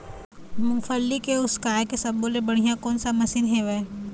मूंगफली के उसकाय के सब्बो ले बढ़िया कोन सा मशीन हेवय?